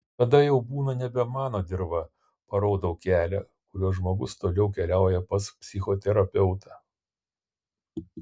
tada jau būna nebe mano dirva parodau kelią kuriuo žmogus toliau keliauja pas psichoterapeutą